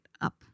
up